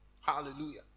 hallelujah